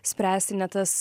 spręsti ne tas